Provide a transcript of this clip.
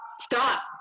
Stop